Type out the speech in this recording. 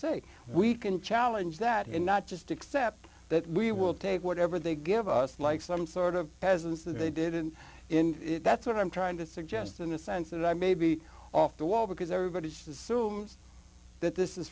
say we can challenge that and not just accept that we will take whatever they give us like some sort of presence that they did and that's what i'm trying to suggest in the sense that i may be off the wall because everybody just assumes that this is